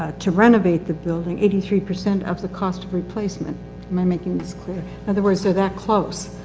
ah to renovate the building. eighty three percent of the cost of replacement. am i making this clear? in other words, they're that close.